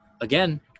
Again